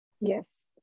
Yes